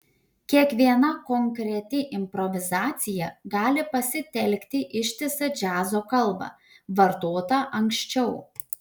kiekviena konkreti improvizacija gali pasitelkti ištisą džiazo kalbą vartotą anksčiau